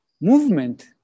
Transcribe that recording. movement